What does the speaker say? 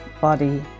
body